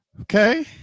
Okay